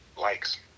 likes